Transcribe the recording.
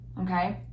okay